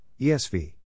ESV